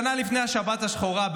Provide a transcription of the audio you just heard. שנה לפני השבת השחורה,